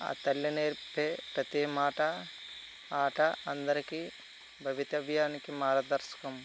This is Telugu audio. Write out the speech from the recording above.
ఆ తల్లి నేర్పితే ప్రతి మాట ఆట అందరికి భవితవ్యానికి మార్గదర్శకం